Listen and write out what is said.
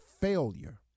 failure